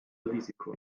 risiko